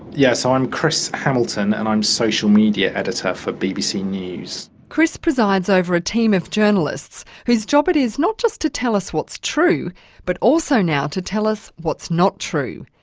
yeah so i'm chris hamilton, and i'm social media editor for bbc news. chris presides over a team of journalists whose job it is not just to tell us what's true but also now to tell us what's not true.